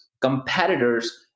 competitors